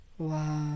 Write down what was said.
Wow